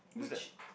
which